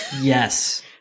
Yes